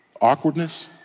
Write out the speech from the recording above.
awkwardness